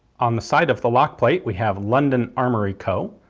on the side of the lock plate we have london armoury co.